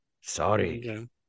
Sorry